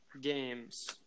games